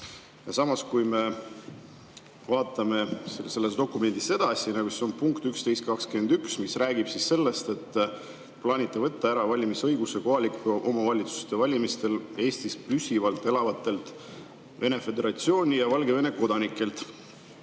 Samas, vaatame seda dokumenti edasi. Punkt 11.21 räägib sellest, et te plaanite võtta ära valimisõiguse kohalike omavalitsuste valimistel Eestis püsivalt elavatelt Vene föderatsiooni ja Valgevene kodanikelt,